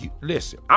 Listen